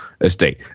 estate